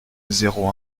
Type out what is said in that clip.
zéro